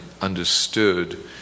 understood